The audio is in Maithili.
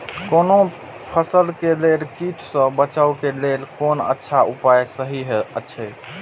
कोनो फसल के लेल कीट सँ बचाव के लेल कोन अच्छा उपाय सहि अछि?